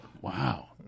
Wow